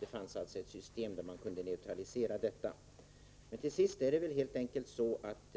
Till sist vill jag säga att det helt enkelt är så att